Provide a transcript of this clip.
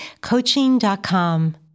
coaching.com